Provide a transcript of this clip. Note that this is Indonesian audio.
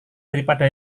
daripada